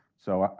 so